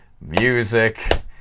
music